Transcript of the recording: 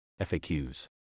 FAQs